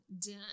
Done